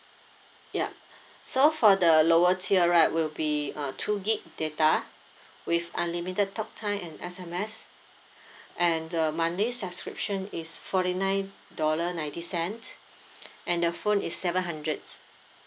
yup so for the lower tier right will be two gig data with unlimited talked time and S_M_S and the monthly subscription is forty nine dollar ninety cent and the phone is seven hundreds